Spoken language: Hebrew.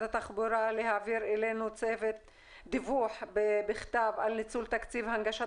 התחבורה להעביר אלינו דיווח בכתב על ניצול תקציב הנגשת